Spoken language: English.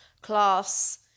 Class